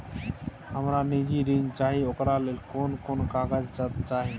हमरा निजी ऋण चाही ओकरा ले कोन कोन कागजात चाही?